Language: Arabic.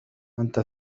أنت